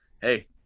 hey